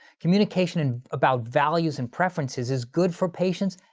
communication and about value and preferences is good for patients.